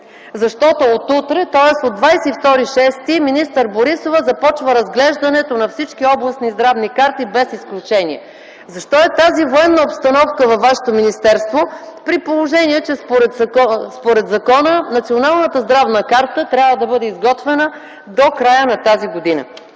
защото от утре, тоест от 22.06.2010 г. министър Борисова започва разглеждането на всички областни здравни карти без изключение”. Защо е тази военна обстановка във Вашето министерство при положение, че според закона Националната здравна карта трябва да бъде изготвена до края на тази година?